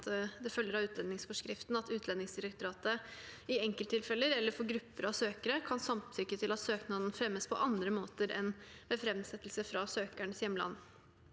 det følger av utlendingsforskriften at Utlendingsdirektoratet i enkelttilfeller eller for grupper av søkere kan samtykke til at søknaden fremmes på andre måter enn ved framsettelse fra søkerens hjemland.